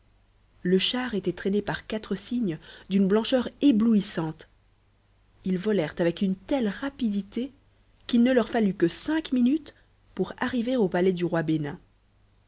le char était traîné par quatre cygnes d'une blancheur éblouissante ils volèrent avec une telle rapidité qu'il ne leur fallut que cinq minutes pour arriver au palais du roi bénin